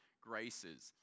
graces